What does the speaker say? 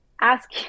ask